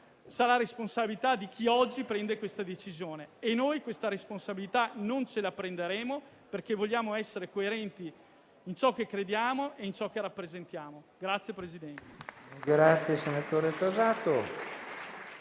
sarà responsabilità di chi oggi prende una tale decisione. Noi questa responsabilità non ce la prenderemo, perché vogliamo essere coerenti in ciò che crediamo e in ciò che rappresentiamo.